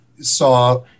saw